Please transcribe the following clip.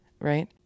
Right